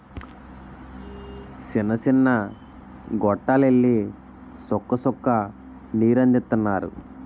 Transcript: సిన్న సిన్న గొట్టాల్లెల్లి సుక్క సుక్క నీరందిత్తన్నారు